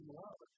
love